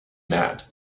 mad